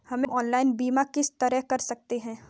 हम ऑनलाइन बीमा किस तरह कर सकते हैं?